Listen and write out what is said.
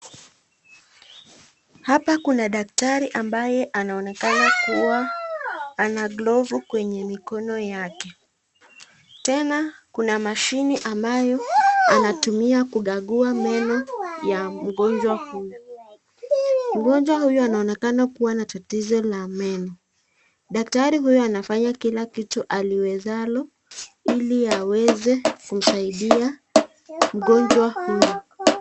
Hapa kuna daktari ambaye anaonekana kuwa ana glovu kwenye mikono yake. Tena kuna mashine ambayo anatumia kukagua meno ya mgonjwa huyu. Mgonjwa huyu anaonekana kuwa na tatizo la meno. Daktari huyu anafanya kila kitu aliwezalo ili aweze kumsaidia mgonjwa huyu.